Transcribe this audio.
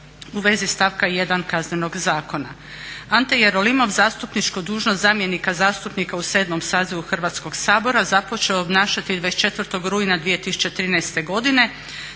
u vezi stavka 1. Kaznenog zakona. Ante Jerolimov zastupničku dužnost zamjenika zastupnika u VII. sazivu Hrvatskog sabora započeo je obnašati 24. rujna 2013. godine